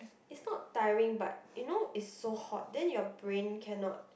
is not tiring but you know it's so hot then your brain cannot